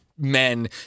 men